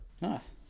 Nice